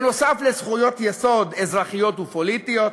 נוסף על זכויות יסוד אזרחיות ופוליטיות,